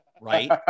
right